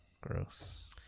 gross